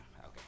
Okay